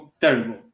terrible